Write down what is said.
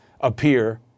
appear